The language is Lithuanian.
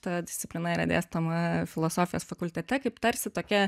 ta disciplina yra dėstoma filosofijos fakultete kaip tarsi tokia